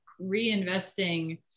reinvesting